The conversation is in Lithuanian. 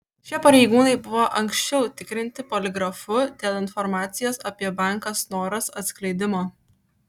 šie pareigūnai buvo anksčiau tikrinti poligrafu dėl informacijos apie banką snoras atskleidimo